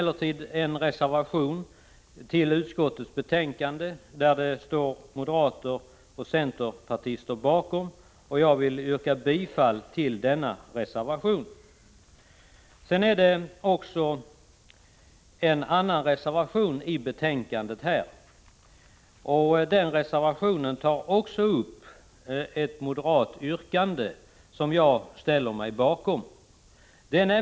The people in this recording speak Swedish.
En reservation har därför avgivits av moderater och centerpartister i utskottet. Jag vill yrka bifall till denna reservation. I betänkandet finns ytterligare en reservation. Också den tar upp ett moderat yrkande som jag ställer mig bakom.